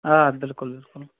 آ بِلکُل بِلکُل